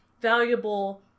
valuable